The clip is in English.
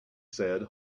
said